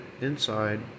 inside